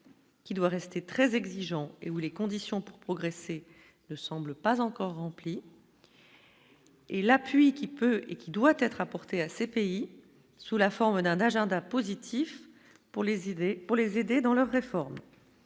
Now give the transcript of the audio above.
Qui doit rester très exigeant et où les conditions pour progresser, ne semble pas encore rempli et l'appui qui peut et qui doit être à ces pays sous la forme d'un d'agenda positif pour les idées pour les aider dans leurs réformes,